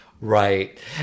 Right